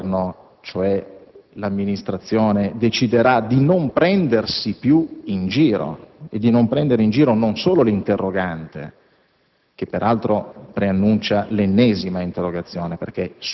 Governo. Mi domando, allora, quando il Governo - cioè l'amministrazione - deciderà di non prendersi più in giro e di non prendere più in giro non solo l'interrogante